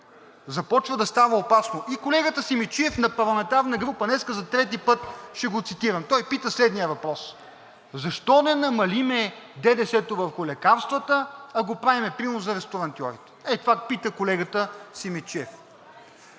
започва да става опасно. И колегата Симидчиев на парламентарна група, днес за трети път ще го цитирам, той пита следния въпрос: защо не намалим ДДС върху лекарствата, а го правим примерно за ресторантьорите? Ей това пита колегата Симидчиев.